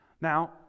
Now